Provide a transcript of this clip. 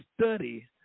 Study